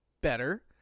better